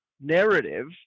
narrative